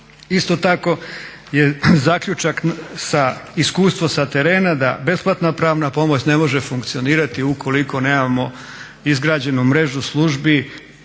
Isto tako je zaključak i iskustvo sa terena da besplatna pravna pomoć ne može funkcionirati ukoliko nemamo izgrađenu mrežu službi